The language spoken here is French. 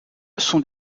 sont